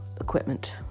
equipment